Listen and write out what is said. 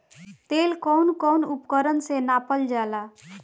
तेल कउन कउन उपकरण से नापल जाला?